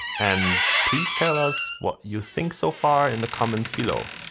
and please tell us what you think so far in the comments below.